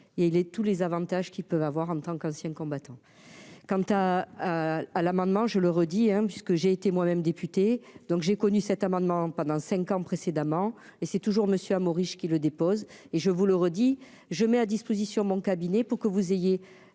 et il est tous les avantages qu'ils peuvent avoir en tant qu'ancien combattant quant à à l'amendement, je le redis, hein, puisque j'ai été moi-même député, donc j'ai connu cet amendement pendant 5 ans précédemment et c'est toujours Monsieur Maurice qui le dépose et je vous le redis je mets à disposition mon cabinet pour que vous ayez